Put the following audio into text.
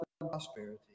prosperity